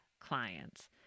clients